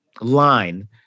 line